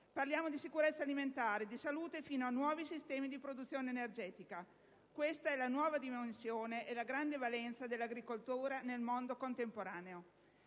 parliamo di sicurezza alimentare e di salute, fino a nuovi sistemi di produzione energetica: questa è la nuova dimensione e la grande valenza dell'agricoltura nel mondo contemporaneo.